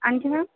आणखी मॅम